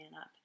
up